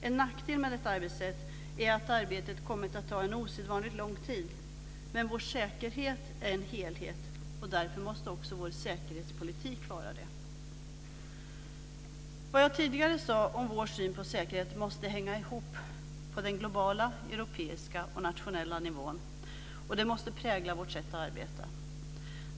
Ett nackdel med detta arbetssätt är att arbetet har kommit ta en osedvanligt lång tid. Men vår säkerhet är en helhet, och därför måste också vår säkerhetspolitik vara det. Vad jag tidigare sade om vår syn på säkerhet måste hänga ihop med den globala, europeiska och nationella nivån, och det måste prägla vårt sätt att arbeta.